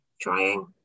trying